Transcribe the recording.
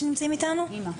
אמא.